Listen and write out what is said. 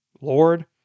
Lord